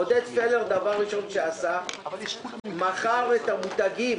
דבר ראשון שעשה עודד פלר, הוא מכר את המותגים,